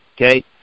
okay